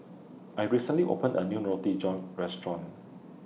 I recently opened A New Roti John Restaurant